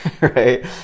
right